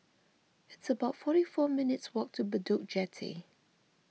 it's about forty four minutes' walk to Bedok Jetty